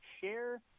share